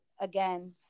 again